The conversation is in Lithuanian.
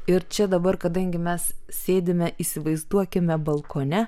ir čia dabar kadangi mes sėdime įsivaizduokime balkone